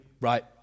right